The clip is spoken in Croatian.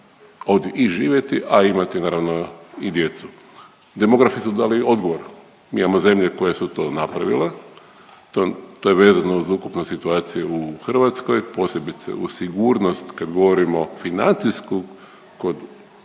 ovdje i živjeti, a imati naravno i djecu. Demografi su dali odgovor. Mi imamo zemlje koju su to napravile, to je vezano za ukupnost situacije u Hrvatskoj posebice uz sigurnost kad govorimo financijsku kod dakle